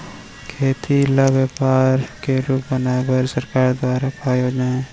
खेती ल व्यापार के रूप बनाये बर सरकार दुवारा का का योजना हे?